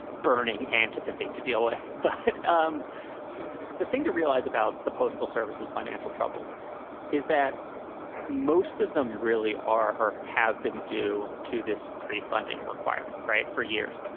burning antipathy to deal with. but um the thing to realize about the postal service's financial troubles is that most of them really are or have been due to this prefunding requirement for years.